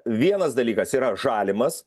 vienas dalykas yra žalimas